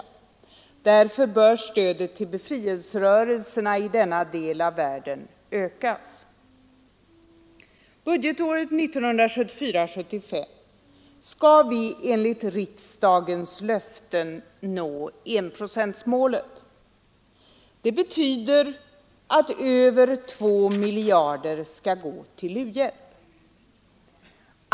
Därför bör stödet till befrielserörelserna i denna del av världen ökas. Budgetåret 1974/75 skall vi enligt riksdagens löften nå enprocentsmålet. Det betyder att över 1 miljard skall gå till u-hjälp.